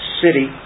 city